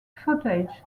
footage